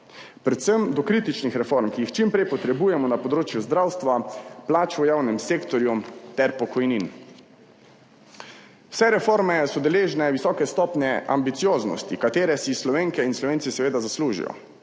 Predvsem do kritičnih reform, ki jih čim prej potrebujemo na področju zdravstva, plač v javnem sektorju ter pokojnin. Vse reforme so deležne visoke stopnje ambicioznosti, katere si Slovenke in Slovenci seveda zaslužijo,